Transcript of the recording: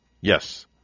Yes